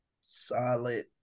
Solid